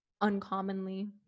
uncommonly